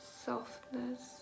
softness